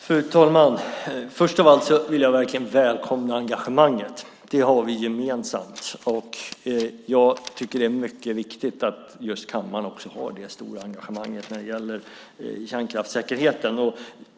Fru talman! Först av allt vill jag välkomna engagemanget. Det har vi gemensamt. Jag tycker att det är mycket viktigt att ledamöterna har det stora engagemanget när det gäller kärnkraftssäkerheten.